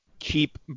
keep